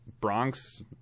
Bronx